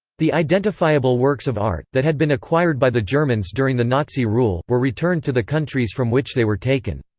the identifiable works of art, that had been acquired by the germans during the nazi rule, were returned to the countries from which they were taken.